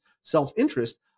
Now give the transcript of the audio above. self-interest